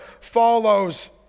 follows